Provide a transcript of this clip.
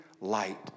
light